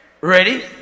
Ready